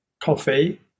coffee